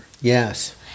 Yes